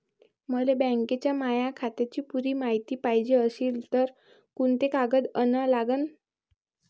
मले बँकेच्या माया खात्याची पुरी मायती पायजे अशील तर कुंते कागद अन लागन?